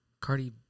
Cardi